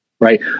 right